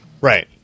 Right